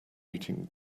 eating